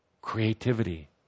creativity